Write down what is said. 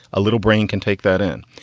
a little brain can take that in.